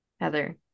heather